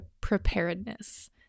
preparedness